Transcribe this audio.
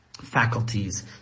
faculties